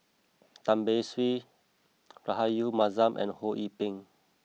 Tan Beng Swee Rahayu Mahzam and Ho Yee Ping